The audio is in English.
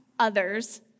others